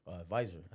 advisor